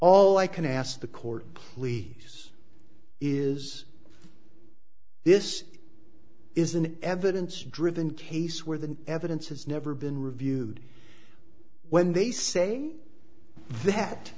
all i can ask the court please is this is an evidence driven case where the evidence has never been reviewed when they say that